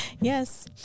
Yes